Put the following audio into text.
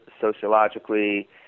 sociologically